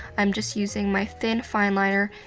i'm just using my thin fineliner,